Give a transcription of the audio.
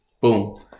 Boom